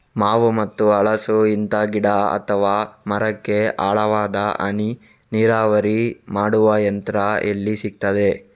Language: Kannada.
ಮಾವು ಮತ್ತು ಹಲಸು, ಇಂತ ಗಿಡ ಅಥವಾ ಮರಕ್ಕೆ ಆಳವಾದ ಹನಿ ನೀರಾವರಿ ಮಾಡುವ ಯಂತ್ರ ಎಲ್ಲಿ ಸಿಕ್ತದೆ?